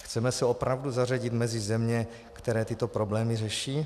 Chceme se opravdu zařadit mezi země, které tyto problémy řeší?